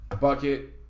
bucket